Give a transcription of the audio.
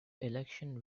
election